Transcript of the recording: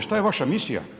Što je vaša misija?